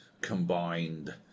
...combined